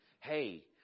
Hey